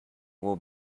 will